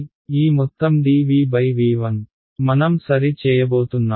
కాబట్టి ఈ మొత్తం dVV1 మనం సరి చేయబోతున్నాం